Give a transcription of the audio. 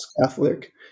Catholic